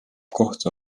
kohtu